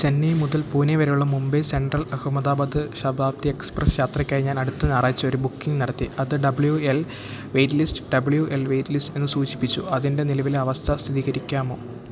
ചെന്നൈ മുതൽ പൂനെ വരെയുള്ള Mumbai central Ahmedabad Shatabdi express യാത്രയ്ക്കായി ഞാൻ അടുത്ത ഞായറാഴ്ച ഒരു ബുക്കിംഗ് നടത്തി അത് W L waitlist W L waitlist എന്ന് സൂചിപ്പിച്ചു അതിൻ്റെ നിലവിലെ അവസ്ഥ സ്ഥികരിക്കാമോ